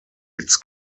its